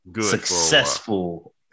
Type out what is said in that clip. successful